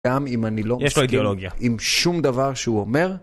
גם אם אני לא מסכים עם שום דבר שהוא אומר.